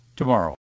Tomorrow